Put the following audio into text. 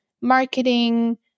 marketing